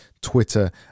Twitter